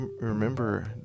Remember